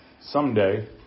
someday